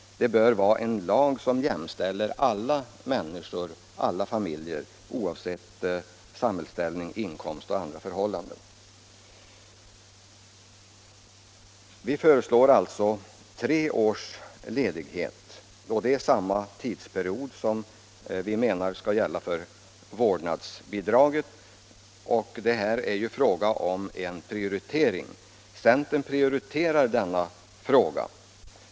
Det bör vara en lag som jämställer alla människor och alla familjer oavsett samhällsställning, inkomst och andra förhållanden. Vi föreslår alltså tre års ledighet, och det är samma tidsperiod som vi menar skall gälla för vårdnadsbidraget. Här rör det sig om en prioritering. Centern prioriterar denna fråga.